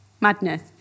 Madness